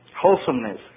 wholesomeness